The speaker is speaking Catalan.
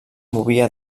movia